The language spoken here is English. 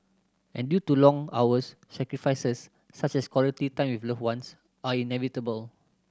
and due to long hours sacrifices such as quality time with loved ones are inevitable